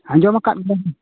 ᱟᱸᱡᱚᱢ ᱟᱠᱟᱫ ᱜᱮᱭᱟᱵᱮᱱ